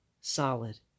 solid